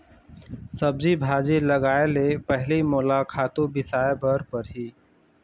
सब्जी भाजी लगाए ले पहिली मोला खातू बिसाय बर परही